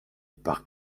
par